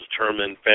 determined